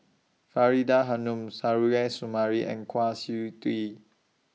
Faridah Hanum Suzairhe Sumari and Kwa Siew Tee